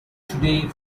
today